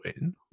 win